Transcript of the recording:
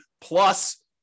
plus